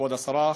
כבוד השרה,